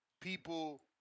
people